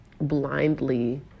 blindly